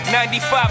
95